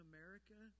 America